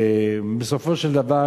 ובסופו של דבר,